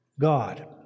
God